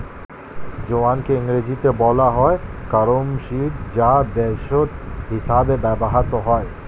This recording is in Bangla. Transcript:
জোয়ানকে ইংরেজিতে বলা হয় ক্যারাম সিড যা ভেষজ হিসেবে ব্যবহৃত হয়